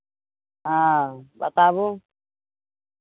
हँ बताबू